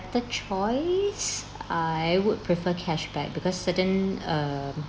choice I would prefer cashback because certain err